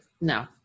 no